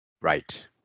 Right